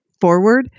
forward